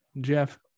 Jeff